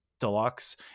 Deluxe